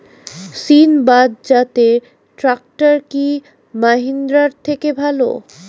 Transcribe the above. সিণবাদ জাতের ট্রাকটার কি মহিন্দ্রার থেকে ভালো?